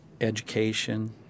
education